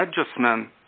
adjustment